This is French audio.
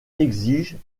exigent